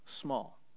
small